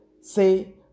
say